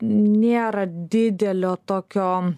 nėra didelio tokio